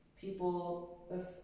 people